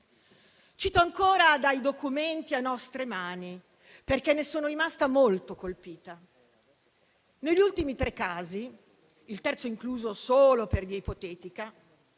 Cito ancora dai documenti a nostre mani, perché ne sono rimasta molto colpita: negli ultimi tre casi, il terzo incluso solo per via ipotetica,